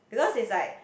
because it's like